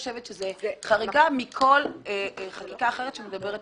אני חושבת שזו חריגה מכל חקיקה אחרת שמדברת